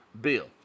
Bill